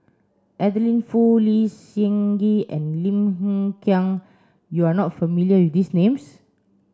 Adeline Foo Lee Seng Gee and Lim Hng Kiang you are not familiar with these names